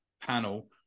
panel